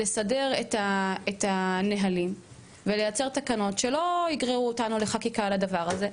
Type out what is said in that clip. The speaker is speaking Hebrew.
לסדר את הנהלים ולייצר תקנות שלא יגררו אותנו לחקיקה לדבר הזה.